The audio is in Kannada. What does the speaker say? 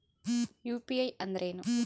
ಯು.ಪಿ.ಐ ಅಂದ್ರೇನು?